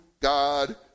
God